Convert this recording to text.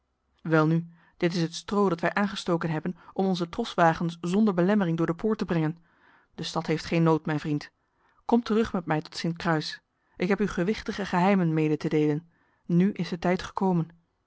welnu dit is het stro dat wij aangestoken hebben om onze troswagens zonder belemmering door de poort te brengen de stad heeft geen nood mijn vriend kom terug met mij tot sint kruis ik heb u gewichtige geheimen mede te delen nu is de tijd gekomen